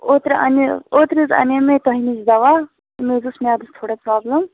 اوترٕ اَنہِ مےٚ اوترٕ حظ اَنے مےٚ تۄہہِ نِش دوا مےٚ حظ اوس میٛادَس تھوڑا پرابلِم